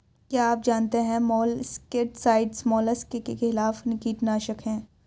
क्या आप जानते है मोलस्किसाइड्स मोलस्क के खिलाफ कीटनाशक हैं?